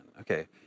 Okay